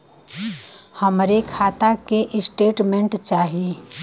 हमरे खाता के स्टेटमेंट चाही?